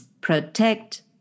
protect